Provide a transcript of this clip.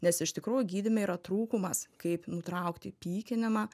nes iš tikrųjų gydyme yra trūkumas kaip nutraukti pykinimą